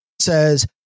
says